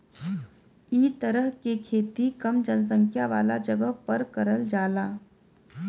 इ तरह के खेती कम जनसंख्या वाला जगह पर करल जाला